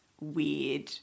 weird